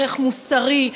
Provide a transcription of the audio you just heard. ערך מוסרי,